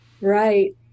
Right